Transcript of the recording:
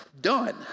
done